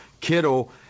Kittle